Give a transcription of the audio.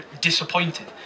disappointed